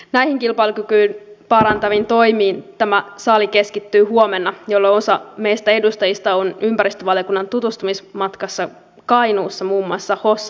näihin kilpailukykyä parantaviin toimiin tämä sali keskittyy huomenna jolloin osa meistä edustajista on ympäristövaliokunnan tutustumismatkalla kainuussa muun muassa hossassa